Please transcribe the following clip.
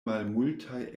malmultaj